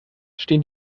stehen